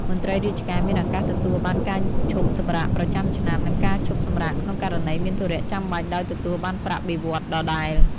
មន្ត្រីរាជការមានឱកាសទទួលបានការឈប់សម្រាកប្រចាំឆ្នាំ និងការឈប់សម្រាកក្នុងករណីមានធុរៈចាំបាច់ដោយទទួលបានប្រាក់បៀវត្សរ៍ដដែល។